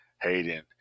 Hayden